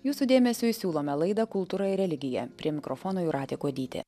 jūsų dėmesiui siūlome laidą kultūra ir religija prie mikrofono jūratė kuodytė